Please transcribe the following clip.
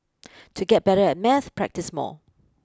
to get better at maths practise more